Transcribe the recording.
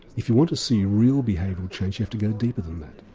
if you want to see real behavioural change have to go deeper than that.